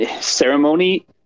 ceremony